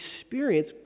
experience